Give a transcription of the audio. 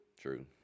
True